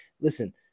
listen